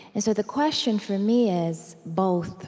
and so the question, for me, is both